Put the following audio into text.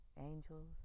angels